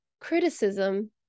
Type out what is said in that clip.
criticism